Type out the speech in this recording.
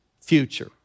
future